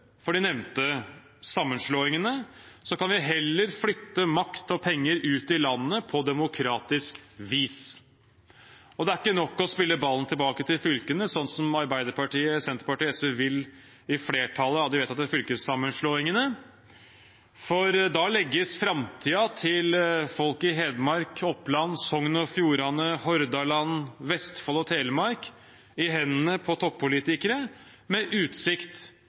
for de nevnte sammenslåingene, så kan vi heller flytte makt og penger ut i landet på demokratisk vis. Det er ikke nok å spille ballen tilbake til fylkene, sånn som Arbeiderpartiet, Senterpartiet og SV vil i flertallet av de vedtatte fylkessammenslåingene, for da legges framtiden til folk i Hedmark, Oppland, Sogn og Fjordane, Hordaland, Vestfold og Telemark i hendene på toppolitikere med utsikt